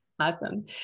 Awesome